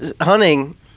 hunting